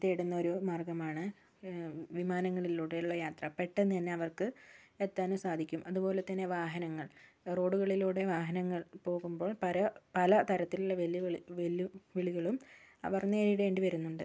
തേടുന്നൊരു മാർഗമാണ് വിമാനങ്ങളിലൂടെയുള്ള യാത്ര പെട്ടന്ന് തന്നെ അവർക്ക് എത്താനും സാധിക്കും അതുപോലെത്തന്നെ വാഹനങ്ങൾ റോഡുകളിലൂടെ വാഹനങ്ങൾ പോകുമ്പോൾ പര പല തരത്തിലുള്ള വെല്ലുവിളി വെല്ലുവിളികളും അവർ നേരിടേണ്ടി വരുന്നുണ്ട്